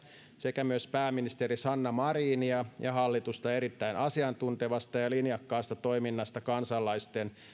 sekä pääministeri sanna marinia ja hallitusta erittäin asiantuntevasta ja linjakkaasta toiminnasta kansalaisten